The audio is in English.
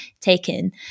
taken